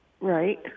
Right